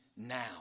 Now